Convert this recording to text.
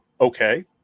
okay